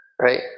right